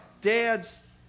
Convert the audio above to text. dads